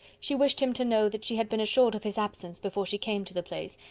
she wished him to know that she had been assured of his absence before she came to the place,